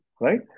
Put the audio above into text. right